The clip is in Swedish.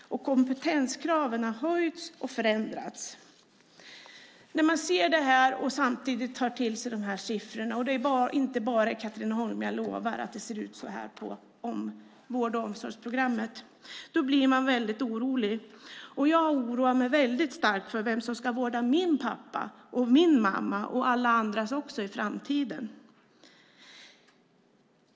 Kompetenskraven har höjts och förändrats. När man tar till sig dessa siffror - det är inte bara i Katrineholm som det ser ut så på vård och omsorgsprogrammet - blir man orolig. Jag oroar mig starkt över vem som ska vårda min pappa och mamma, och alla andras, i framtiden.